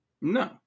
No